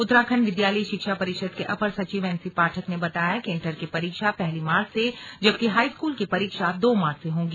उत्तराखंड विद्यालयी शिक्षा परिषद के अपर सचिव एन सी पाठक ने बताया कि इंटर की परीक्षा पहली मार्च से जबकि हाईस्कूल की परीक्षा दो मार्च से होंगी